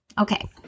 Okay